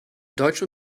deutsch